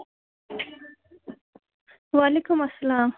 وعلیکُم اَسلام